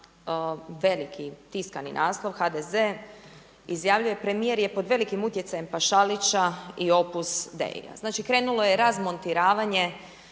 veliki tiskani naslov, HDZ izjavljuje premijer je pod velikim utjecajem Pašalića i Opus Deia. Znači krenulo je razmontiravanje